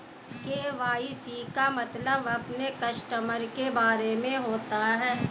KYC का मतलब अपने कस्टमर के बारे में होता है